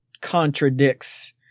contradicts